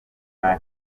nta